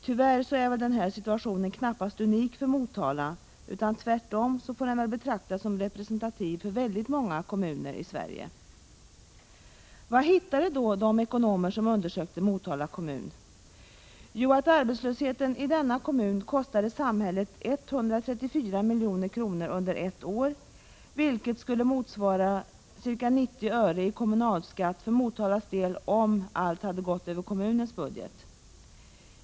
Tyvärr är situationen i Motala knappast unik utan får väl tvärtom betraktas som representativ för många kommuner i Sverige. Vad hittade då de ekonomer som undersökte Motala kommun? Jo, att arbetslösheten i denna kommun kostade samhället 134 milj.kr. under ett år, vilket skulle motsvara ca 90 öre i kommunalskatt för Motalas del om allt hade gått över kommunens budget.